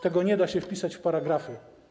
Tego nie da się wpisać w paragrafy.